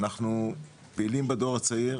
אנחנו פעילים בדור הצעיר.